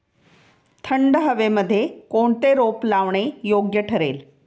थंड हवेमध्ये कोणते रोप लावणे योग्य ठरेल?